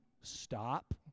stop